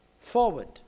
forward